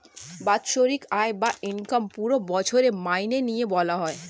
বাৎসরিক আয় বা ইনকাম পুরো বছরের মাইনে নিয়ে বলা হয়